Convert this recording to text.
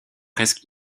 presque